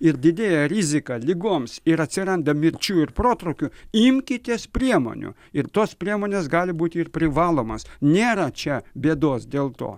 ir didėja rizika ligoms ir atsiranda mirčių ir protrūkių imkitės priemonių ir tos priemonės gali būti ir privalomas nėra čia bėdos dėl to